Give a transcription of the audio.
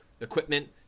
equipment